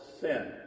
sin